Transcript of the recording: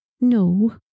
No